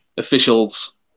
officials